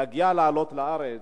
להגיע ולעלות לארץ,